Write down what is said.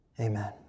Amen